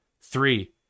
Three